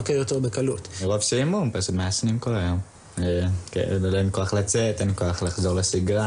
נמצאים פה חבריי לוועדה שמצטרפים אליי גם לסיורים